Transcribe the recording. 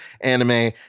anime